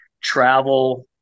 travel